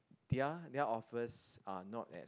their their offers are not as